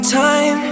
time